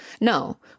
No